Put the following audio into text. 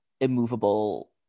immovable